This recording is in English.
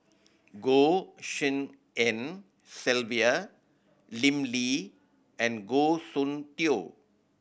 Goh Tshin En Sylvia Lim Lee and Goh Soon Tioe